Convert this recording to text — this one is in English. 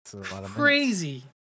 crazy